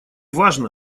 важно